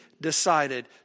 decided